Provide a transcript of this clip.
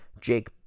Jake